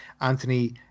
Anthony